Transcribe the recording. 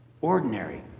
ordinary